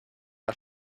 are